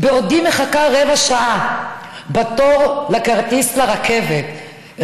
בעודי מחכה רבע שעה בתור לכרטיס לרכבת,